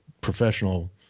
professional